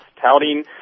touting